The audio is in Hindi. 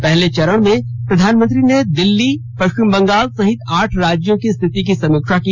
पहले चरण में प्रधानमंत्री ने दिल्ली पश्चिम बंगाल सहित आठ राज्यों की स्थिति की समीक्षा की